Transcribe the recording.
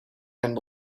and